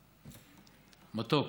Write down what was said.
מתוק,